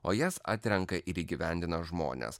o jas atrenka ir įgyvendina žmonės